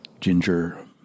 ginger